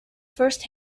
first